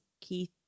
Keith